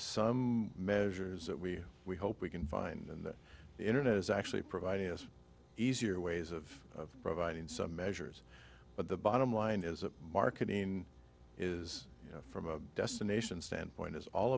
some measures that we we hope we can find in the internet is actually providing us easier ways of providing some measures but the bottom line is a market in is you know from a destination standpoint it's all